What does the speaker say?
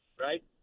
right